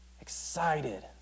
Excited